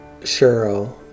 Cheryl